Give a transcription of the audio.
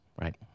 right